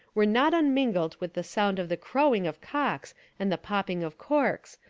were not unmingled with the sound of the crow ing of cocks and the popping of corks,